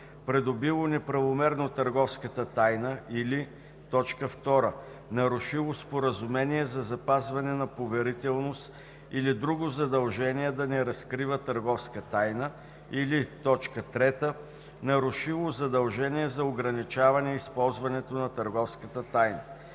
придобило неправомерно търговската тайна, или 2. нарушило споразумение за запазване на поверителност или друго задължение да не разкрива търговската тайна, или 3. нарушило задължение за ограничаване използването на търговската тайна.